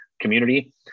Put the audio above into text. community